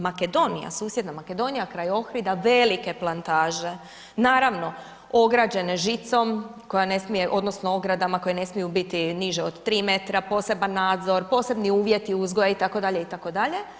Makedonija, susjedna Makedonija, kroj Ohrida, velike plantaže, naravno, ograđena žicom, koja ne smije, odnosno, ogradama, koje ne smiju biti niže od 3 m, poseban nadzor posebni uvjeti uzgoja itd. itd.